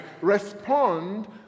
respond